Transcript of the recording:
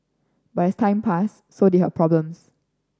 but as time passed so did her problems